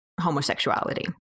homosexuality